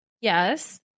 Yes